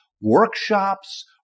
workshops